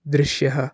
दृश्यः